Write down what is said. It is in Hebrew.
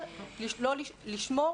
אבל לשמור